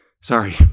sorry